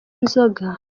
inzoga